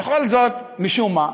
וכל זאת, משום מה?